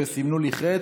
וסימנו לי חץ.